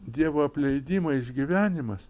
dievo apleidimo išgyvenimas